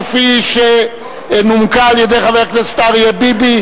כפי שנומקה על-ידי חבר הכנסת אריה ביבי,